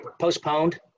postponed